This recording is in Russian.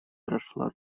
прошла